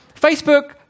Facebook